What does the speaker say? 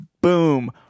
Boom